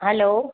hello